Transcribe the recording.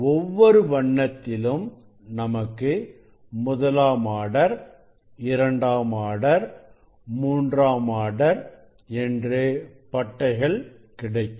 ஒவ்வொரு வண்ணத்திலும் நமக்கு முதலாம் ஆர்டர் இரண்டாம் ஆர்டர் மூன்றாம் ஆர்டர் என்று பட்டைகள் கிடைக்கும்